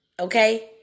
okay